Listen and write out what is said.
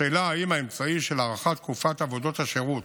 השאלה אם האמצעי של הארכת תקופת עבודות השירות